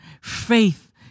Faith